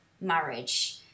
marriage